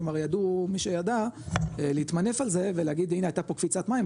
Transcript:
כלומר ידעו מי שידע להתמנף על זה ולהגיד הנה הייתה פה קפיצת מים,